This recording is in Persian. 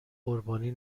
قربانی